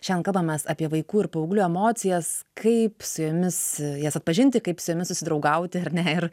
šiandien kalbamės apie vaikų ir paauglių emocijas kaip su jomis jas atpažinti kaip su jomis susidraugauti ar ne ir